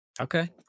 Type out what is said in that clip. Okay